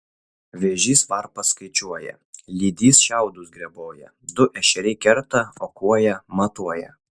vėžys varpas skaičiuoja lydys šiaudus greboja du ešeriai kerta o kuoja matuoja